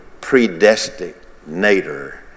predestinator